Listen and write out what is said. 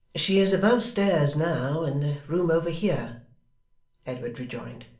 she is above-stairs now in the room over here edward rejoined.